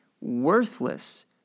worthless